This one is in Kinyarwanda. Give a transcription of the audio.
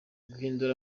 guhindura